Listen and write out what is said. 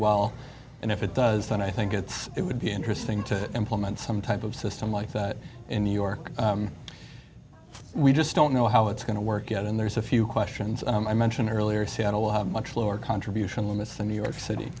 well and if it does then i think it's it would be interesting to implement some type of system like that in new york we just don't know how it's going to work out and there's a few questions i mentioned earlier seattle how much lower contribution limits to new york city